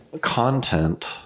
content